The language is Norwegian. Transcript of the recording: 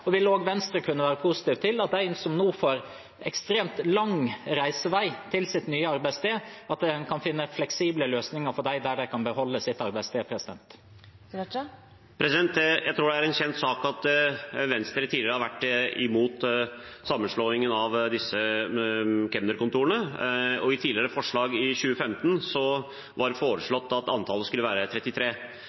Vil Venstre også være positive til at en kan finne fleksible løsninger for de som nå får en ekstremt lang reisevei til sitt nye arbeidssted, slik at de kan beholde sitt arbeidssted? Jeg tror det er en kjent sak at Venstre tidligere har vært imot sammenslåingen av disse kemnerkontorene. I et forslag fra 2015 ble det foreslått at antallet skulle være 33.